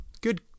Good